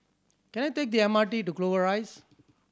can I take the M R T to Clover Rise